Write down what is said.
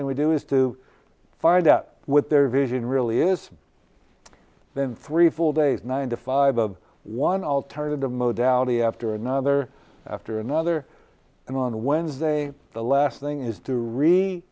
thing we do is to find out what their vision really is then three full days one to five of one alternative mode down the after another after another and on wednesday the last thing is to rea